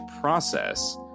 process